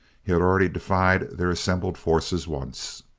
he had already defied their assembled forces once.